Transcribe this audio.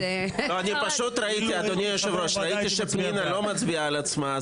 ראיתי שפנינה לא מצביעה על עצמה,